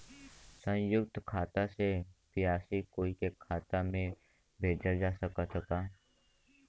संयुक्त खाता से पयिसा कोई के खाता में भेजल जा सकत ह का?